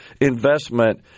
investment